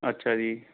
ਅੱਛਾ ਜੀ